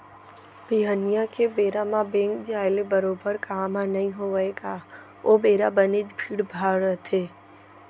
बिहनिया के बेरा म बेंक जाय ले बरोबर काम ह नइ होवय गा ओ बेरा बनेच भीड़ भाड़ रथे